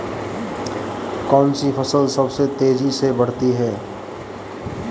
कौनसी फसल सबसे तेज़ी से बढ़ती है?